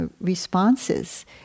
responses